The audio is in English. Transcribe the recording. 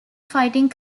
fighting